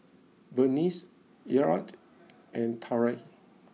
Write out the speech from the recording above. Berniece Elliott and Tyrell